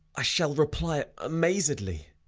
i shall reply amazedly,